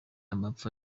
amapfa